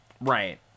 Right